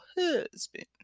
husband